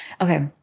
Okay